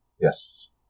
Yes